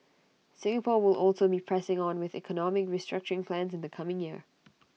Singapore will also be pressing on with economic restructuring plans in the coming year